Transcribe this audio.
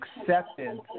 acceptance